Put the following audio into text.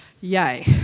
Yay